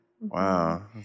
Wow